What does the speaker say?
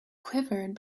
quivered